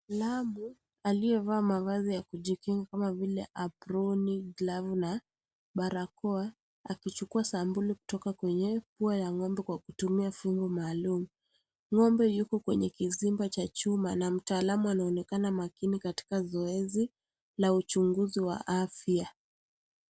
Ghulamu aliyevaa mavazi ya kujikinga kama vile aproni, glovu na barakoa akichukua sampuli kutoka kwenye mapua ya ngombe akitumia fungo maalum. Ngombe yuko kwenye kizimba cha chuma na mtaalamu anaonekana makini katika zoezi la uchunguzi wa afya.